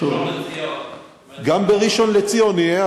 גם בראשון-לציון זה ככה?